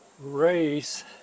race